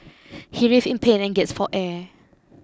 he writhed in pain and gasped for air